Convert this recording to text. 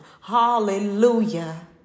Hallelujah